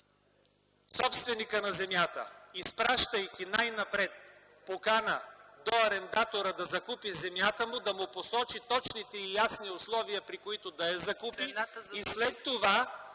собственикът на земята, изпращайки най-напред покана до арендатора да закупи земята му, да му посочи точните и ясни условия, при които да я закупи